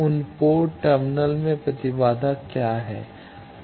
उन पोर्ट टर्मिनलों में प्रतिबाधा क्या है